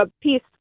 Peace